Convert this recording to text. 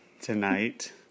tonight